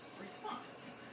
response